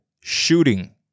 shooting